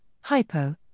Hypo